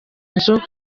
nzu